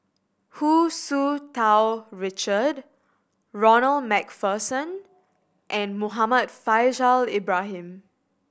Hu Tsu Tau Richard Ronald Macpherson and Muhammad Faishal Ibrahim